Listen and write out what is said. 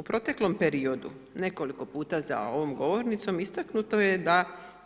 U proteklom periodu nekoliko puta za ovom govornicom istaknuto je da